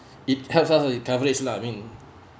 it helps us it covers it lah I mean